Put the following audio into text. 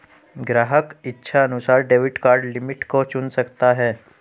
ग्राहक इच्छानुसार debit card limit को चुन सकता है